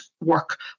work